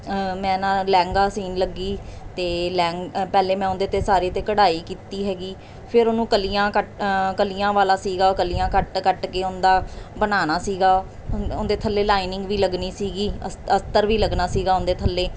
ਮੈਂ ਨਾਲ ਲਹਿੰਗਾ ਸਿਉਣ ਲੱਗੀ ਤਾਂ ਲਹਿੰਗ ਪਹਿਲੇ ਮੈਂ ਉਹਦੇ 'ਤੇ ਸਾਰੇ 'ਤੇ ਕਢਾਈ ਕੀਤੀ ਹੈਗੀ ਫਿਰ ਉਹਨੂੰ ਕਲੀਆਂ ਕਟ ਕਲੀਆਂ ਵਾਲਾ ਸੀਗਾ ਉਹ ਕਲੀਆਂ ਕੱਟ ਕੱਟ ਕੇ ਉਹਦਾ ਬਣਾਉਣਾ ਸੀਗਾ ਉਨਦ ਉਹਦੇ ਥੱਲੇ ਲਾਈਨਿੰਗ ਵੀ ਲੱਗਣੀ ਸੀਗੀ ਅਸ ਅਸਤਰ ਵੀ ਲੱਗਣਾ ਸੀਗਾ ਉਹਦੇ ਥੱਲੇ